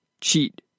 cheat